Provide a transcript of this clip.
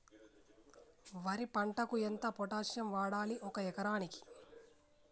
వరి పంటకు ఎంత పొటాషియం వాడాలి ఒక ఎకరానికి?